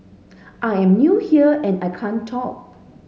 I'm new here and I can't talk